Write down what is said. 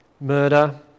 murder